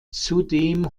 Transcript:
zudem